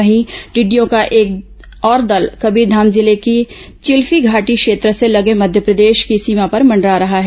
वहीं टिडिडयों का एक और दल कबीरधाम जिले के चिल्फी घाटी क्षेत्र से लगे मध्यप्रदेश की सीमा पर मंडरा रहा है